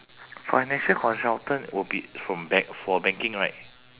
financial consultant will be from bank~ for banking right